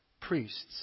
priests